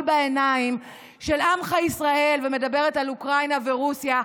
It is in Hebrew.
בעיניים של עמך ישראל ומדברת על אוקראינה ורוסיה.